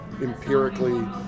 empirically